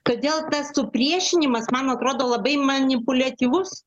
todėl tas supriešinimas man atrodo labai manipuliatyvus